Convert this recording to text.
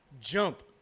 jump